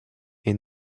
est